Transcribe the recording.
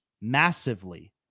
massively